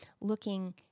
looking